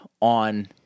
on